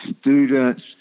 students